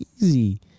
Easy